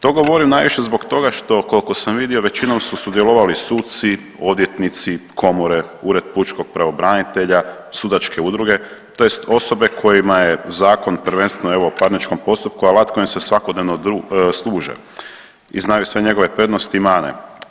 To govorim najviše zbog toga što koliko sam vidio većinom su sudjelovali suci, odvjetnici, komore, ured pučkog pravobranitelja, sudačke udruge tj. osobe kojima je zakon prvenstveno evo o parničnom postupku alat kojim se svakodnevno služe i znaju sve njegove prednosti i mane.